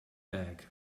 back